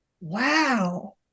wow